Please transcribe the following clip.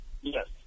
Yes